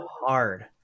hard